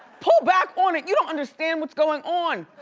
pull back on it! you don't understand what's going on.